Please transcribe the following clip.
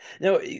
no